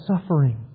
suffering